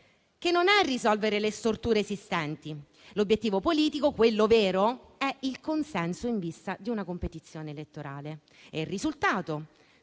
che non è risolvere le storture esistenti; l'obiettivo politico, quello vero, è il consenso in vista di una competizione elettorale. Il risultato,